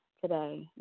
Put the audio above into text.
today